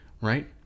right